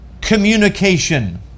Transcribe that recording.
communication